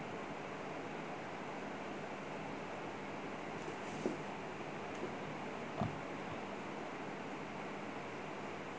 uh